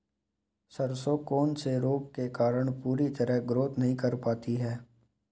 सरसों कौन से रोग के कारण पूरी तरह ग्रोथ नहीं कर पाती है?